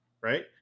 right